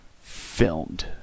Filmed